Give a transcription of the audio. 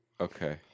Okay